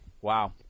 Wow